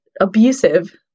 abusive